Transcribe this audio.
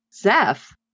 Zeph